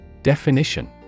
Definition